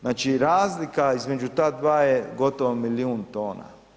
Znači razlika između ta dva je gotovo milijun tona.